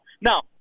Now